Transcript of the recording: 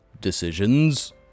decisions